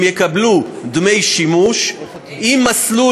הם יקבלו דמי שימוש עם מסלול,